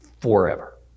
forever